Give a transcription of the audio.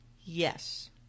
Yes